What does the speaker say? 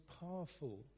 powerful